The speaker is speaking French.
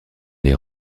les